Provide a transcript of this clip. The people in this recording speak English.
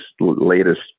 latest